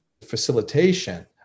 facilitation